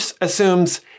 assumes